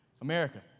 America